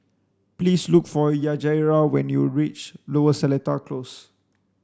please look for Yajaira when you reach Lower Seletar Close